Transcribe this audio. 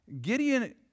Gideon